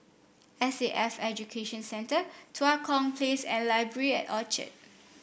S A F Education Centre Tua Kong Place and Library at Orchard